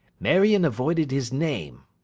marion avoided his name,